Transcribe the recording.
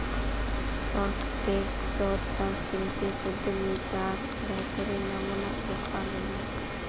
Shark Tank शोत सांस्कृतिक उद्यमितार बेहतरीन नमूना दखवा मिल ले